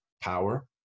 Power